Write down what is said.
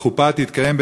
והחופה תתקיים,